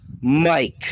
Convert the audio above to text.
mike